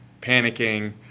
panicking